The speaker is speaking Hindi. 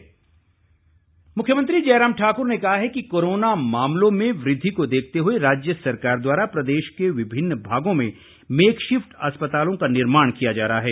मुख्यमंत्री मुख्यमंत्री जयराम ठाकुर ने कहा है कि कोरोना मामलों में वृद्धि को देखते हुए राज्य सरकार द्वारा प्रदेश के विभिन्न भागों में मेक शिफ्ट अस्पतालों का निर्माण किया जा रहा है